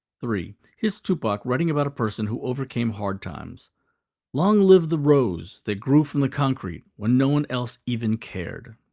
three. here's tupac writing about a person who overcame hard times long live the rose that grew from the concrete when no one else even cared!